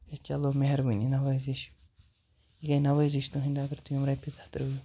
ہے چلو مہربٲنی نَوٲزیش یہِ گٔے نوٲزِش تُہٕنٛدۍ اگر تُہۍ رۄپیہِ دَہ ترٲیِو